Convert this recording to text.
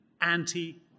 anti